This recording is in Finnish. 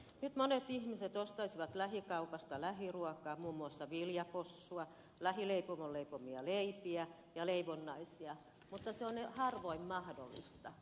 nyt monet ihmiset ostaisivat lähikaupasta lähiruokaa muun muassa viljapossua lähileipomon leipomia leipiä ja leivonnaisia mutta se on harvoin mahdollista